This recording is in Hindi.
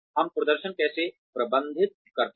हम प्रदर्शन कैसे प्रबंधित करते हैं